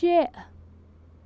K